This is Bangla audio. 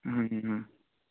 হুম হুম হুম